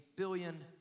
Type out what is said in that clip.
Billion